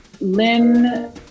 Lynn